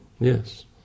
Yes